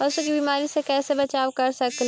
पशु के बीमारी से कैसे बचाब कर सेकेली?